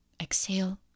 Exhale